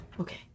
okay